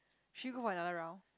should we go for another round